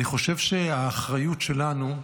אני חושב שהאחריות שלנו,